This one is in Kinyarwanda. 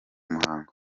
muhango